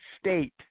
state